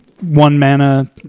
one-mana